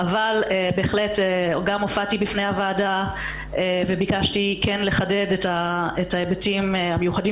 אבל בהחלט גם הופעתי בפני הוועדה וביקשתי כן לחדד את ההיבטים המיוחדים